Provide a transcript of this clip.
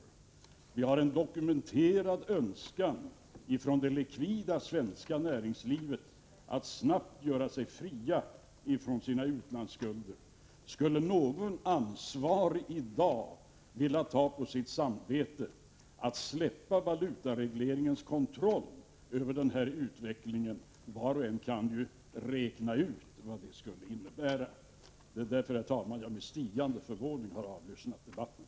Det finns, som jag har nämnt, en dokumenterad önskan inom det likvida svenska näringslivet att snabbt göra sig fri från sina utlandsskulder. Skulle någon ansvarig i dag vilja ta på sitt samvete att släppa valutaregleringens kontroll över denna utveckling? Var och en kan ju räkna ut vad det skulle innebära. Det är därför, herr talman, som jag med stigande förvåning har lyssnat på debatten.